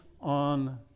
on